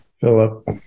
Philip